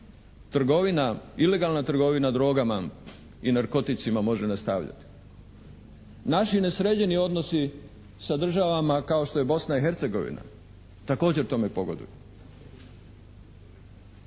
trgovina, ilegalna trgovina drogama i narkoticima može nastavljati. Naši nesređeni odnosi sa državama kao što je Bosna i Hercegovina također tome pogoduju.